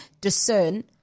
discern